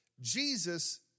Jesus